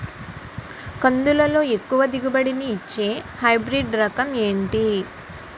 కందుల లో ఎక్కువ దిగుబడి ని ఇచ్చే హైబ్రిడ్ రకం ఏంటి?